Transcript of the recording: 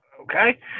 Okay